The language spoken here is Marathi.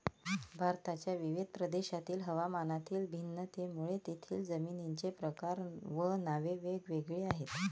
भारताच्या विविध प्रदेशांतील हवामानातील भिन्नतेमुळे तेथील जमिनींचे प्रकार व नावे वेगवेगळी आहेत